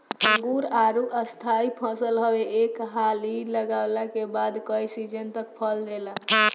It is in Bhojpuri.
अंगूर, आडू स्थाई फसल हवे एक हाली लगवला के बाद कई सीजन तक फल देला